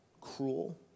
cruel